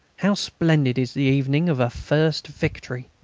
how splendid is the evening of a first victory!